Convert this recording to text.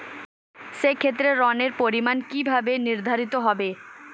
সে ক্ষেত্রে ঋণের পরিমাণ কিভাবে নির্ধারিত হবে?